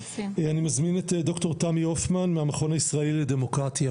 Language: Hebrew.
אני מזמין את דוקטור תמי הופמן מהמכון הישראלי לדמוקרטיה,